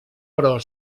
però